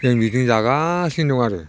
जों बिदिनो जागासिनो दं आरो